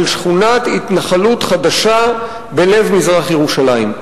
שכונת התנחלות חדשה בלב מזרח-ירושלים.